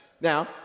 Now